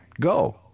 go